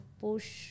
push